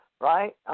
right